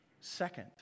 second